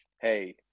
hey